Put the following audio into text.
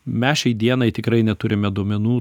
mes šiai dienai tikrai neturime duomenų